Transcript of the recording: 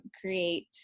create